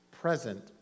present